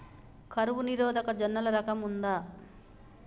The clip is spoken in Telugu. కరువు నిరోధక జొన్నల రకం ఉందా?